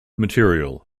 material